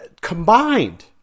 Combined